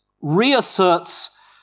reasserts